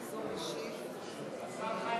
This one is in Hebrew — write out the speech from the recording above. השר חיים